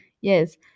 Yes